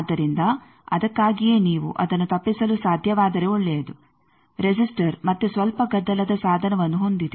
ಆದ್ದರಿಂದ ಅದಕ್ಕಾಗಿಯೇ ನೀವು ಅದನ್ನು ತಪ್ಪಿಸಲು ಸಾಧ್ಯವಾದರೆ ಒಳ್ಳೆಯದು ರೆಸಿಸ್ಟರ್ ಮತ್ತೆ ಸ್ವಲ್ಪ ಗದ್ದಲದ ಸಾಧನವನ್ನು ಹೊಂದಿದೆ